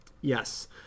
Yes